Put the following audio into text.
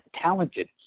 talented